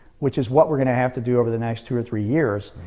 which is what we're going to have to do over the next two or three years.